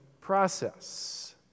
process